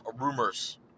rumors